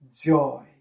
joy